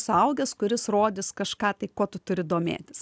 suaugęs kuris rodys kažką tai kuo tu turi domėtis